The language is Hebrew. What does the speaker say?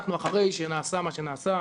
אנחנו אחרי שנעשה מה שנעשה.